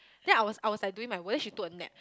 then I was I was like doing my work she took a nap